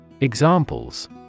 Examples